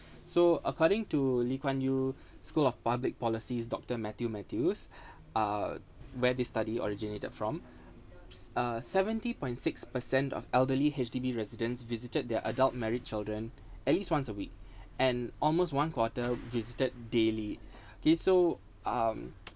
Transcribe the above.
so according to lee-kuan-yew school of public policy's doctor matthew matthews uh where the study originated from uh seventy point six per cent of elderly H_D_B residents visited their adult married children at least once a week and almost one quarter visited daily okay so um